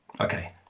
Okay